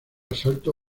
asalto